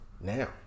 now